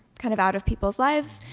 kind of out of people's lives